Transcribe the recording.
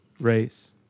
race